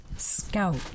scout